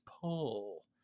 pull